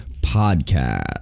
Podcast